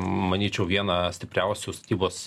manyčiau vieną stipriausių statybos